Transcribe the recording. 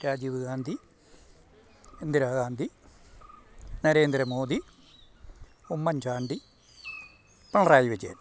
Rajeev Gandhi Indira Gandhi Narendra Modi Oommen Chandy Pinarayi Vijayan